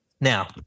Now